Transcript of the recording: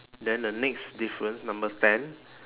then the next difference number ten